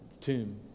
tomb